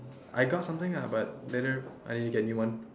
I got something ah but later I need to get new one